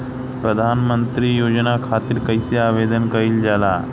प्रधानमंत्री योजना खातिर कइसे आवेदन कइल जाला?